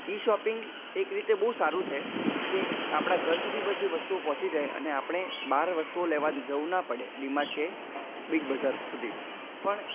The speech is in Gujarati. ઇ શોપિંગ એક રીતે બહુ સારું છે કે આપણાં ઘર સુધી બધી વસ્તુઓ પહોંચી જાય અને આપણે બહાર વસ્તુઓ લેવા જવું ના પડે ડી માટ કે બિગ બઝાર સુધી પણ